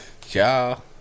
Ciao